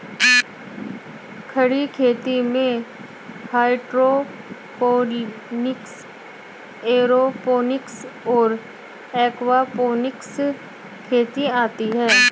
खड़ी खेती में हाइड्रोपोनिक्स, एयरोपोनिक्स और एक्वापोनिक्स खेती आती हैं